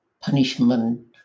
punishment